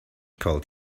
called